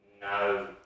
No